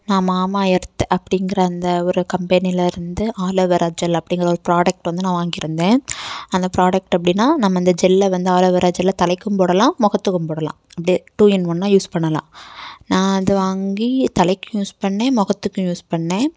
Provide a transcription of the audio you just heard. நான் மாமாஎர்த் அப்படிங்குற அந்த ஒரு கம்பெனிலிருந்து ஆலோவேரா ஜெல் அப்படிங்குற ஒரு ப்ராடக்ட் வந்து நான் வாங்கியிருந்தேன் அந்த ப்ராடக்ட் எப்படின்னால் நம்ம அந்த ஜெல்லை வந்து ஆலோவேரா ஜெல்லை தலைக்கும் போடலாம் முகத்துக்கும் போடலாம் அப்படியே டூ இன் ஒன்னாக யூஸ் பண்ணலாம் நான் அதை வாங்கி தலைக்கும் யூஸ் பண்ணேன் முகத்துக்கும் யூஸ் பண்ணேன்